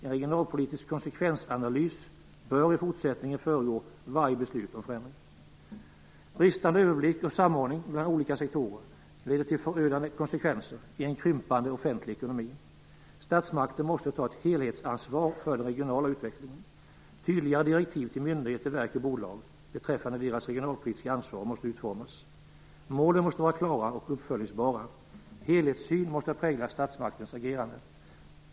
En regionalpolitisk konsekvensanalys bör i fortsättningen föregå varje beslut om förändring. Bristande överblick och samordning mellan olika sektorer leder till förödande konsekvenser i en krympande offentlig ekonomi. Statsmakten måste ta ett helhetsansvar för den regionala utvecklingen. Tydligare direktiv till myndigheter, verk och bolag beträffande deras regionalpolitiska ansvar måste utformas. Målen måste vara klara och uppföljningsbara. Helhetssyn måste prägla statsmaktens agerande.